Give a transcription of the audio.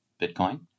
Bitcoin